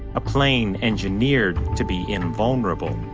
a plane engineered to be invulnerable.